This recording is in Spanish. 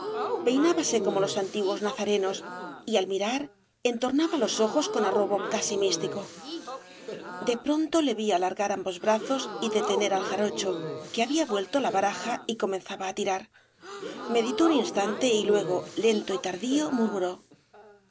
peinábase como los antiguos nazarenos y al mirar entornaba los párpados con arrobo casi místico de pronto le vi alargar ambos brazos y detener al jarocho que había vuelto la baraja y comenzaba á tirar meditó un instante y luego lento y tardío murmuró